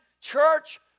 church